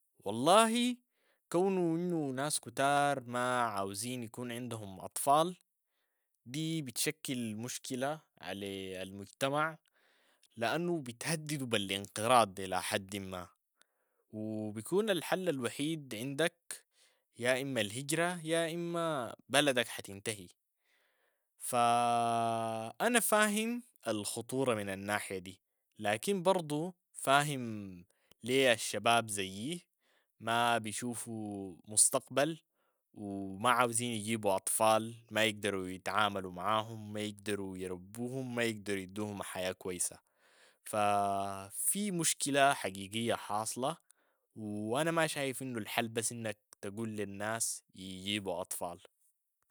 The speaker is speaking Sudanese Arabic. والله كونو إنو ناس كتار ما عاوزين يكون عندهم أطفال دي بتشكل مشكلة على المجتمع، لأنو بتهددو بالانقراض إلى حد ما و بيكون الحل الوحيد عندك يا إما الهجرة يا إما بلدك حتنتهي، فأنا فاهم الخطورة من الناحية دي لكن برضو فاهم لي الشباب زيي ما بيشوفوا مستقبل وما عاوزين يجيبوا أطفال ما يقدروا يتعاملوا، معاهم ما يقدروا يربوهم، ما يقدروا يدوهم حياة كويسة ففي مشكلة حقيقية حاصلة وانا ما شايف انو الحل بس انك تقول للناس يجيبوا أطفال.